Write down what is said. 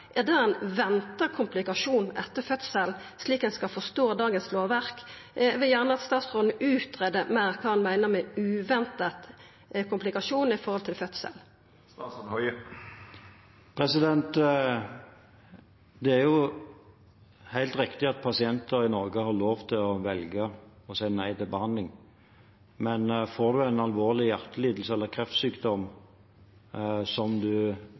komplikasjon etter fødsel, slik ein skal forstå lovverket i dag. Eg vil gjerne at statsråden greier meir ut om kva han meiner med «uventet» komplikasjon ved fødsel. Det er helt riktig at pasienter i Norge har lov til å velge å si nei til behandling, men får man en alvorlig hjertelidelse eller kreftsykdom som